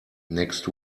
next